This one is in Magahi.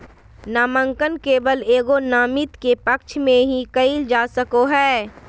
नामांकन केवल एगो नामिती के पक्ष में ही कइल जा सको हइ